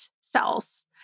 cells